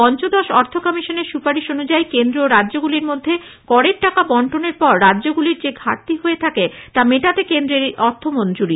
পঞ্চদশ অর্থ কমিশনের সুপারিশ অনুযায়ী কেন্দ্র ও রাজ্যগুলির মধ্যে করের টাকা বন্টনের পর রাজ্যগুলির যে ঘাটতে হয়ে থাকে তা মেটাতে কেন্দ্রের এই অর্থমঞ্জুরী